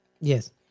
Yes